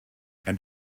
and